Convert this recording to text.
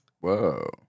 Whoa